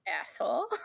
asshole